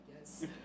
yes